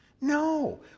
No